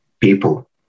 people